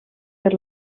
per